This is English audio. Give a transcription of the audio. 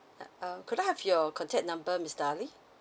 yeah um could I have your contact number mister ali